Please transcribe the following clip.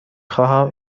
خواهم